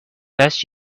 bless